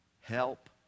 help